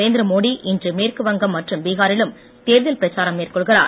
நரேந்திர மோடி இன்று மேற்கு வங்கம் மற்றும் பீகாரிலும் தேர்தல் பிரச்சாரம் மேற்கொள்கிறார்